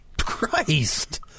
Christ